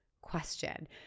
question